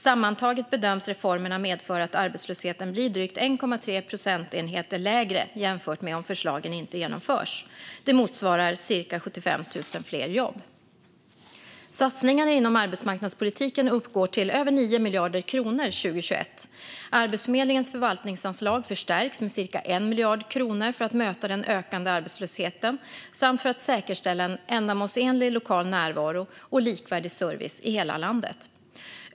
Sammantaget bedöms reformerna medföra att arbetslösheten blir drygt 1,3 procentenheter lägre jämfört med om förslagen inte genomförs. Det motsvarar cirka 75 000 fler jobb. Satsningarna inom arbetsmarknadspolitiken uppgår till över 9 miljarder kronor 2021. Arbetsförmedlingens förvaltningsanslag förstärks med cirka 1 miljard kronor för att möta den ökande arbetslösheten samt för att säkerställa en ändamålsenlig lokal närvaro och likvärdig service i hela landet.